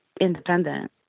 independent